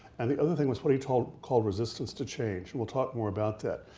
and the other thing was what he called called resistance to change, and we'll talk more about that.